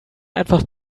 einfach